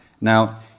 Now